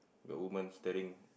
the woman staring